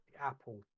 apple